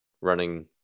running